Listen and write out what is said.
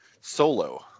Solo